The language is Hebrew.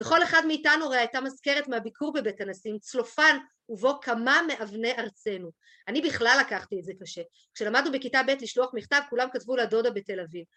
לכל אחד מאיתנו הרי הייתה מזכרת מהביקור בבית הנשיא עם צלופן ובו כמה מאבני ארצנו. אני בכלל לקחתי את זה קשה. כשלמדנו בכיתה ב' לשלוח מכתב, כולם כתבו לדודה בתל אביב.